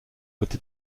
côté